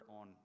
on